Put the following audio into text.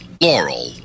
Laurel